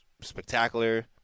spectacular